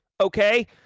okay